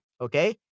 Okay